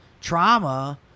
trauma